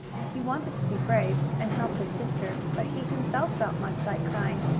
he wanted to be brave, and help his sister, but he, himself, felt much like crying,